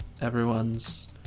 everyone's